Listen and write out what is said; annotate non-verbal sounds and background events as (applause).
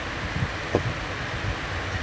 (noise)